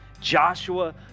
Joshua